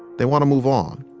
they wanna move on.